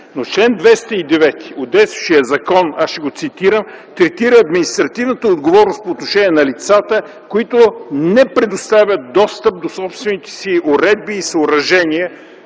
Но член 209-ти от действащия закон, аз ще го цитирам, третира административната отговорност по отношение на лицата, които не предоставят достъп до собствените си енергийни уредби и съоръжения.